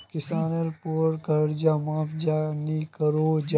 किसानेर पोर कर्ज माप चाँ नी करो जाहा?